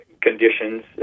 conditions